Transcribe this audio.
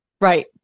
Right